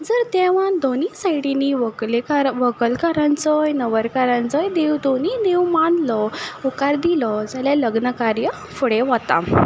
जर देवान दोनी सायडींनी व्हंकले व्हंकलकारांचोय न्हवरकारांचोय देव दोनी देव मानलो होकार दिलो जाल्यार लग्न कार्य फुडें वता